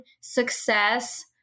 success